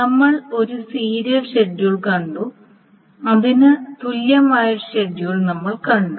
നമ്മൾ ഒരു serial schedule കണ്ടു അതിന് തുല്യമായ ഒരു ഷെഡ്യൂൾ നമ്മൾ കണ്ടു